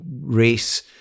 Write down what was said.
race